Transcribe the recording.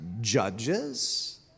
judges